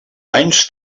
anys